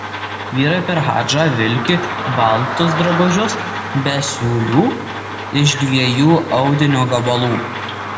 vyrai per hadžą vilki baltus drabužius be siūlių iš dviejų audinio gabalų